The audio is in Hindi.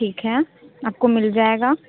ठीक है आपको मिल जाएगा